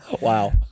Wow